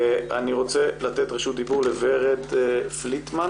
אני רוצה לתת רשות דיבור לוורד פליטמן.